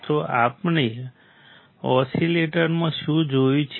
તો આપણે ઓસીલેટરમાં શું જોયું છે